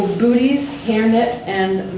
booties, hairnet